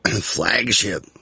flagship